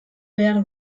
behar